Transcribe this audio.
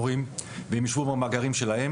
הכללי את הרשימה של המורים והם יישבו במאגרים שלהם,